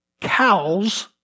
cows